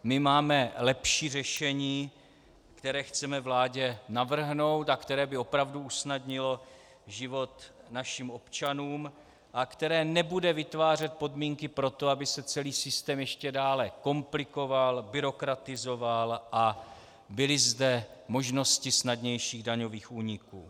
My máme lepší řešení, které chceme vládě navrhnout a které by opravdu usnadnilo život našim občanům a které nebude vytvářet podmínky pro to, aby se celý systém ještě dále komplikoval, byrokratizoval a byly zde možnosti snadnějších daňových úniků.